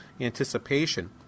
anticipation